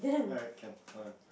alright can hold on